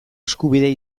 eskubidea